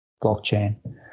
blockchain